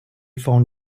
found